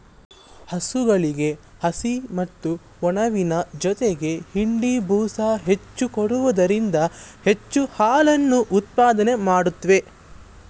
ಹಸುಗಳಿಗೆ ಹಸಿ ಮತ್ತು ಒಣಮೇವಿನ ಜೊತೆಗೆ ಹಿಂಡಿ, ಬೂಸ ಹೆಚ್ಚು ಕೊಡುವುದರಿಂದ ಹೆಚ್ಚು ಹಾಲನ್ನು ಉತ್ಪಾದನೆ ಮಾಡುತ್ವೆ